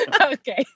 Okay